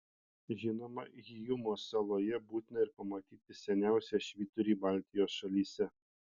žinoma hyjumos saloje būtina ir pamatyti seniausią švyturį baltijos šalyse